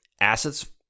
assets